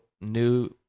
new